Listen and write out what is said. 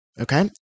Okay